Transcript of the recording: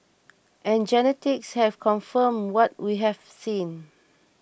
and genetics has confirmed what we have seen